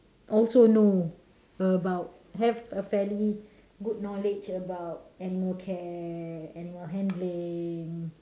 also know about have a fairly good knowledge about animal care animal handling